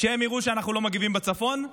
כשהם יראו שאנחנו לא מגיבים בצפון,